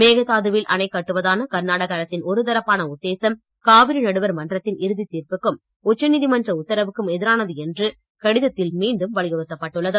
மேகதாது வில அணை கட்டுவதான கர்நாடக அரசின் ஒருதரப்பான உத்தேசம் காவிரி நடுவர் மன்றத்தின் இறுதித் தீர்ப்புக்கும் உச்ச நீதிமன்ற உத்தரவுக்கும் எதிரானது என்று கடிதத்தில் மீண்டும் வலியுறுத்தப் பட்டுள்ளது